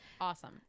Awesome